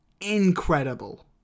incredible